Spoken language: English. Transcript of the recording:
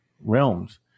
realms